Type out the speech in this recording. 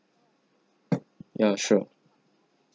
ya sure